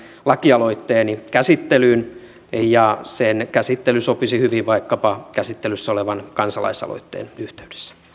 lakialoitteeni käsittelyyn ja sen käsittely sopisi hyvin vaikkapa käsittelyssä olevan kansalaisaloitteen yhteydessä